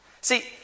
See